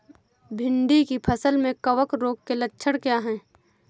भिंडी की फसल में कवक रोग के लक्षण क्या है?